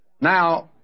Now